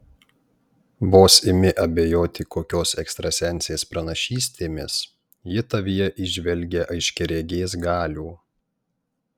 vos imi abejoti kokios ekstrasensės pranašystėmis ji tavyje įžvelgia aiškiaregės galių